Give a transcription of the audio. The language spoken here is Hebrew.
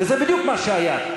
וזה בדיוק מה שהיה.